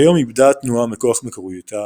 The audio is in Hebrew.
כיום איבדה התנועה מכוח מקוריותה